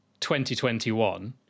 2021